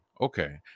Okay